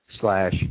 slash